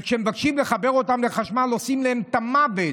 וכשמבקשים לחבר אותם לחשמל עושים להם את המוות.